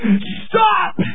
Stop